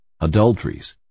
adulteries